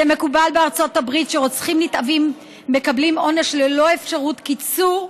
מקובל בארצות הברית שרוצחים נתעבים מקבלים עונש ללא אפשרות קיצור,